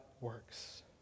works